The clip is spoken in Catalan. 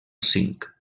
cinc